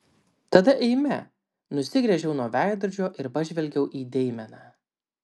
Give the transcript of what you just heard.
tada eime nusigręžiau nuo veidrodžio ir pažvelgiau į deimeną